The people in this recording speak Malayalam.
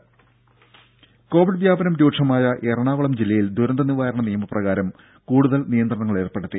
ദേദ കോവിഡ് വ്യാപനം രൂക്ഷമായ എറണാകുളം ജില്ലയിൽ ദുരന്ത നിവാരണ നിയമപ്രകാരം കൂടുതൽ നിയന്ത്രണങ്ങൾ ഏർപ്പെടുത്തി